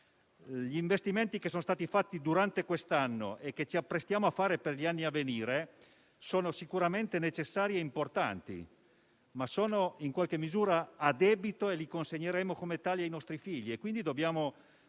Gli investimenti fatti durante quest'anno e che ci apprestiamo a fare per gli anni a venire sono sicuramente necessari e importanti, ma sono in qualche misura a debito, e li consegneremo come tali ai nostri figli. Pertanto, dobbiamo